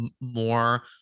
more